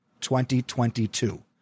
2022